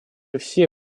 все